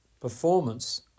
performance